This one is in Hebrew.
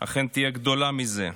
אכן תהיה גדולה מזה.